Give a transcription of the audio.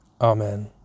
Amen